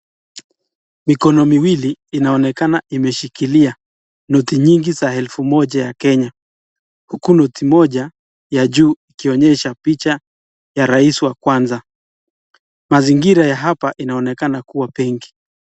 Mikono miwili inaonekana imeshikilia noti nyingi za elfu moja ya kenya, huku noti moja ya juu ikionyesha picha ya rais wa kwanza, mazingira ya hapa inaonekana kuwa benki.